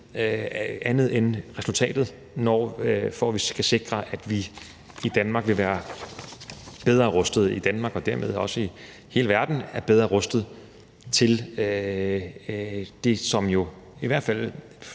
andet end resultatet. For så kan vi sikre, at vi i Danmark og dermed også i hele verden er bedre rustet til det, som jo i hvert fald